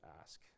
ask